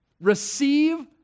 receive